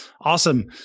Awesome